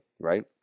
right